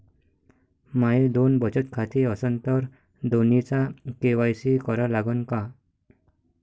माये दोन बचत खाते असन तर दोन्हीचा के.वाय.सी करा लागन का?